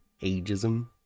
ageism